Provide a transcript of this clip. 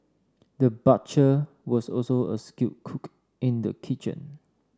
the butcher was also a skilled cook in the kitchen